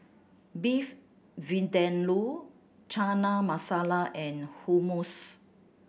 Beef Vindaloo Chana Masala and Hummus